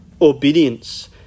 obedience